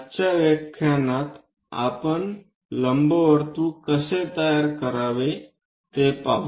आता आजच्या व्याख्यानात आपण लंबवर्तुळ कसे तयार करावे ते पाहू